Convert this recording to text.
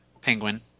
Penguin